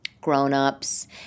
grownups